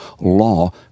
law